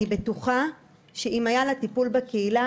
אני בטוחה שאם היה לה טיפול בקהילה,